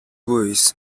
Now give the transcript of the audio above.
buoys